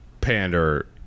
pander